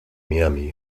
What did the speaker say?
miami